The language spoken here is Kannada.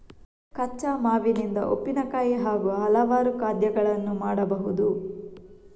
ಕಚ್ಚಾ ಮಾವಿನಿಂದ ಉಪ್ಪಿನಕಾಯಿ ಹಾಗೂ ಹಲವಾರು ಖಾದ್ಯಗಳನ್ನು ಮಾಡಬಹುದು